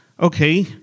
okay